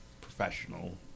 professional